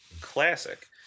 Classic